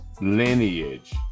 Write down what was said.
lineage